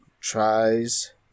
tries